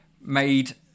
made